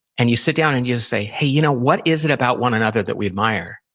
and you sit down and you say, hey, you know what is it about one another that we admire?